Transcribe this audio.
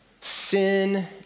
Sin